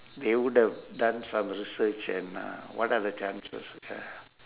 they would have done some research and uh what are the chances ya